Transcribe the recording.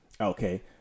Okay